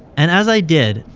and as i did,